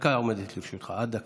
עומד לרשותך זמן של עד דקה.